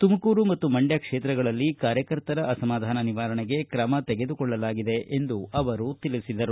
ತುಮಕೂರು ಮತ್ತು ಮಂಡ್ಕ ಕ್ಷೇತ್ರಗಳಲ್ಲಿ ಕಾರ್ಯಕರ್ತರ ಅಸಮಾಧಾನ ನಿವಾರಣೆಗೆ ಕ್ರಮ ತೆಗೆದುಕೊಳ್ಳಲಾಗಿದೆ ಎಂದು ಅವರು ತಿಳಿಸಿದರು